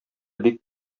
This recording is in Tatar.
бик